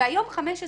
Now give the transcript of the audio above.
והיום 15 שנים.